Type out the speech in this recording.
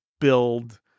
build